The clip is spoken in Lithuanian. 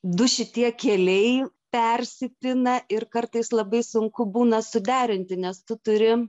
du šitie keliai persipina ir kartais labai sunku būna suderinti nes tu turi